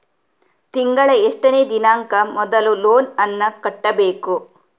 ತಿಂಗಳ ಎಷ್ಟನೇ ದಿನಾಂಕ ಮೊದಲು ಲೋನ್ ನನ್ನ ಕಟ್ಟಬೇಕು?